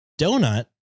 Donut